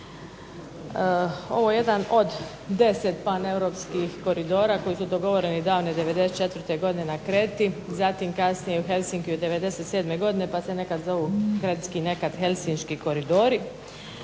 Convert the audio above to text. Ovo je jedan od 10 paneuropskih koridora koji su dogovoreni davne '94. godine na Kreti, zatim kasnije u Helsinkiju '97. pa se nekad zovu keltski, nekad helsinški koridori.